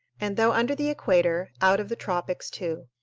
and, though under the equator, out of the tropics too.